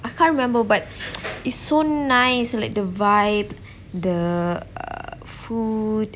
I can't remember but it's so nice like the vibe the err food